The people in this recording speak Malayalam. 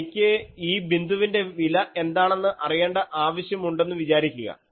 എനിക്ക് ഈ ബിന്ദുവിന്റെ വില എന്താണെന്ന് അറിയേണ്ട ആവശ്യം ഉണ്ടെന്നു വിചാരിക്കുക